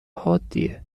حادیه